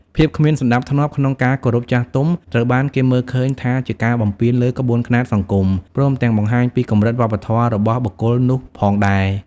ភាពគ្មានសណ្តាប់ធ្នាប់ក្នុងការគោរពចាស់ទុំ ត្រូវបានគេមើលឃើញថាជាការបំពានលើក្បួនខ្នាតសង្គម ព្រមទាំងបង្ហាញពីកំរិតវប្បធម៌របស់បុគ្គលនោះផងដែរ។